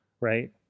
right